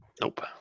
Nope